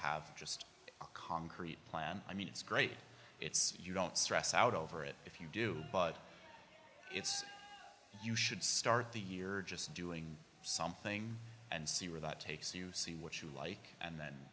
have just a concrete plan i mean it's great it's you don't stress out over it if you do but it's you should start the year just doing something and see where that takes you see what you like and then